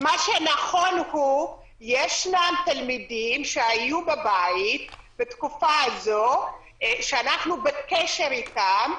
מה שנכון הוא שהיו תלמידים שהיו בבית בתקופה הזאת ואנחנו בקשר איתם.